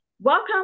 welcome